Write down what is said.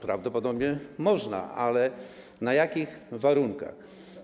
Prawdopodobnie można, ale w jakich warunkach?